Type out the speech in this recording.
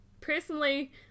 personally